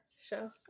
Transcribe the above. show